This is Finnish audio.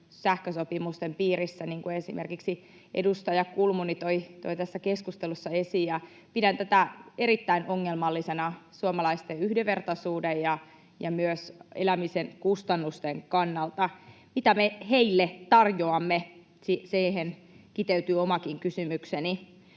sähkösopimusten piirissä, niin kuin esimerkiksi edustaja Kulmuni toi tässä keskustelussa esiin. Pidän tätä erittäin ongelmallisena suomalaisten yhdenvertaisuuden ja myös elämisen kustannusten kannalta. Mitä me heille tarjoamme? Siihen kiteytyy omakin kysymykseni.